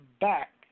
back